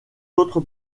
autres